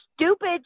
stupid